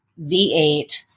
V8